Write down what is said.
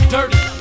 Dirty